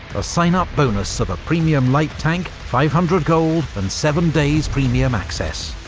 a sign-up bonus of a premium light tank, five hundred gold and seven days premium access.